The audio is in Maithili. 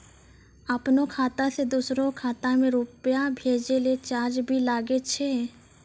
आपनों खाता सें दोसरो के खाता मे रुपैया भेजै लेल चार्ज भी लागै छै?